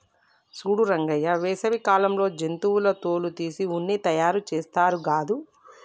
సూడు రంగయ్య వేసవి కాలంలో జంతువుల తోలు తీసి ఉన్ని తయారుచేస్తారు గాదు